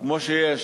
כמו שיש